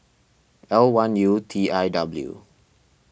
L one U T I W